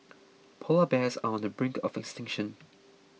Polar Bears are on the brink of extinction